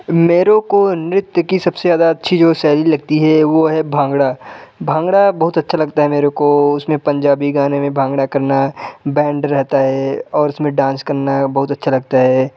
मेरे को नृत्य की सबसे ज़्यादा अच्छी जो शैली लगती है वो है भांगड़ा भांगड़ा बहुत अच्छा लगता है मेरे को उसमें पंजाबी गाने में भांगड़ा करना बैंड रहता है और उसमें डांस करना बहुत अच्छा लगता है